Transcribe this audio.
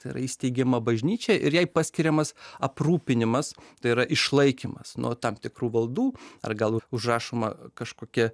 tai yra įsteigiama bažnyčia ir jai paskiriamas aprūpinimas tai yra išlaikymas nuo tam tikrų valdų ar gal užrašoma kažkokia